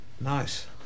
Nice